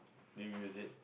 do you use it